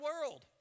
world